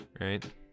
right